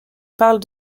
parlent